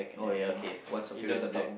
oh ya okay what's your favourite subject